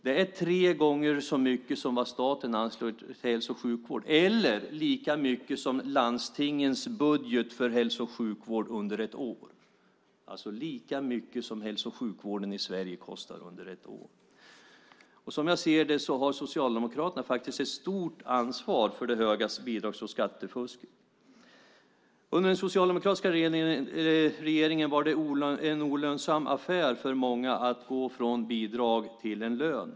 Det är tre gånger så mycket som staten anslår till hälso och sjukvård, eller lika mycket som landstingens budget för hälso och sjukvård under ett år - alltså lika mycket som hälso och sjukvården i Sverige kostar under ett år. Som jag ser det har Socialdemokraterna ett stort ansvar för det höga bidrags och skattefusket. Under den socialdemokratiska regeringen var det en olönsam affär för många att gå från bidrag till lön.